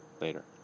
later